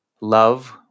love